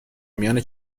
میان